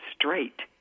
straight